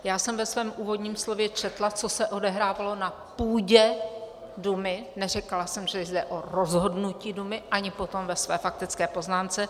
Já jsem ve svém úvodním slově četla, co se odehrávalo na půdě Dumy, neřekla jsem, že jde o rozhodnutí Dumy, ani potom ve své faktické poznámce.